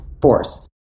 force